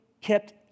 kept